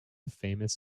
famous